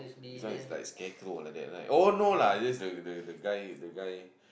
this one is like scarecrow like that right oh no lah this the the guy the guy